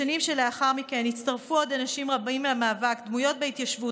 בשנים לאחר מכן הצטרפו עוד אנשים רבים למאבק: דמויות בהתיישבות,